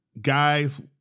guys